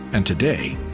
and today,